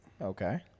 Okay